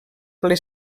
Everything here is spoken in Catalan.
ple